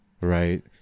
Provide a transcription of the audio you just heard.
right